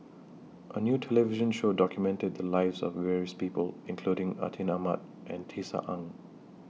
A New television Show documented The Lives of various People including Atin Amat and Tisa Ng